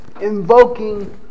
invoking